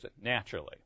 naturally